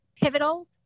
pivotal